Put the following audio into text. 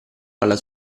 alla